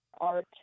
art